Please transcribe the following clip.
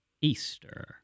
Easter